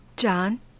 John